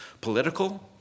political